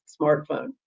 smartphone